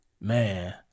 Man